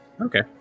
Okay